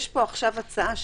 יש פה עכשיו הצעה,